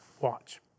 Watch